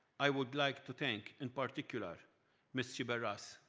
i would like to thank in particular mr. barras,